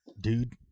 Dude